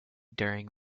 during